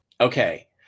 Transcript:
Okay